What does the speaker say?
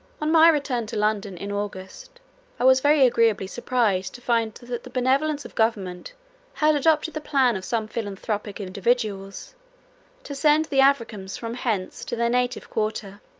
on my return to london in august i was very agreeably surprised to find that the benevolence of government had adopted the plan of some philanthropic individuals to send the africans from hence to their native quarter